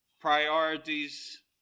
priorities